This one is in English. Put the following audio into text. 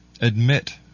admit